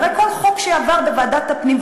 הרי כל חוק שעבר בוועדת הפנים,